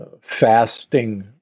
fasting